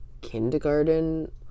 kindergarten